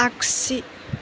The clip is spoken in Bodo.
आख्सि